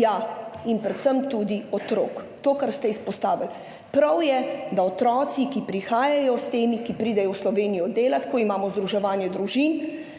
ja, in predvsem tudi otrok, to, kar ste izpostavili. Prav je, da otroci, ki prihajajo s temi, ki pridejo v Slovenijo delat, ko imamo združevanje družin,